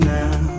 now